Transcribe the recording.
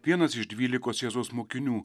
vienas iš dvylikos jėzaus mokinių